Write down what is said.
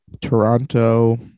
toronto